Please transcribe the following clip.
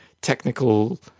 technical